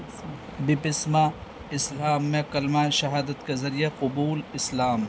بپسمہ اسلام میں کلمہ شہادت کے ذریعہ قبول اسلام